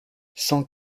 cent